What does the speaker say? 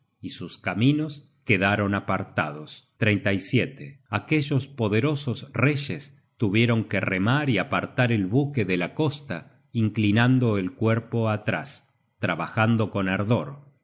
y sus caminos quedaron apartados aquellos poderosos reyes tuvieron que remar y apartar el buque de la costa inclinando el cuerpo atrás trabajando con ardor